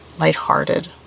lighthearted